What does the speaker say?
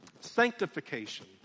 sanctification